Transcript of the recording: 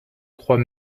crois